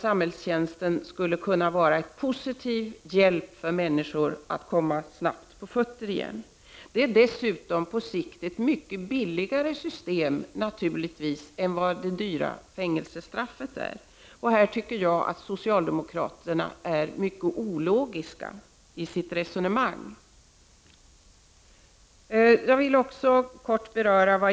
Samhällstjänsten skulle kunna utgöra en positiv hjälp för människor att snabbt komma på fötter igen. På sikt är det dessutom ett mycket billigare system än det dyra fängelsestraffet. Socialdemokraterna är mycket ologiska i sitt resonemang i det här avseendet.